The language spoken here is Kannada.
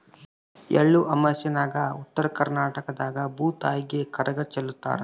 ಎಳ್ಳಮಾಸ್ಯಾಗ ಉತ್ತರ ಕರ್ನಾಟಕದಾಗ ಭೂತಾಯಿಗೆ ಚರಗ ಚೆಲ್ಲುತಾರ